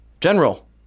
General